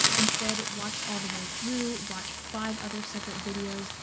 instead watch all the way through. watch five other separate videos,